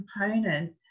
component